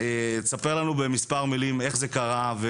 תספר לנו במספר מלים איך זה קרה.